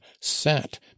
sat